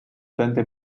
twenty